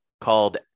called